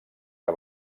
que